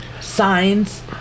Signs